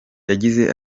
yagize